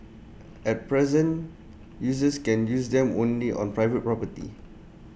at present users can use them only on private property